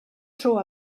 tro